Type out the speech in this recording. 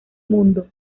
mundo